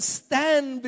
stand